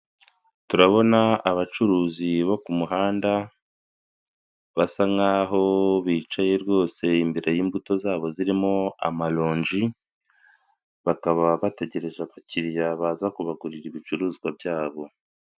Turabona abacuruzi bo ku muhanda basa nk'aho bicaye rwose imbere y'imbuto zabo zirimo amaronji bakaba bategereje abakiriya baza kubagurira ibicuruzwa byabo.